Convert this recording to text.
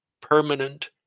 permanent